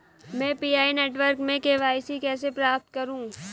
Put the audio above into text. मैं PI network में KYC कैसे प्राप्त करूँ?